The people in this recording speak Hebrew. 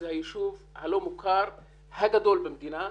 זה היישוב הלא מוכר הגדול במדינה,